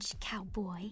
cowboy